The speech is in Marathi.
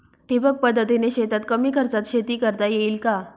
ठिबक पद्धतीने शेतात कमी खर्चात शेती करता येईल का?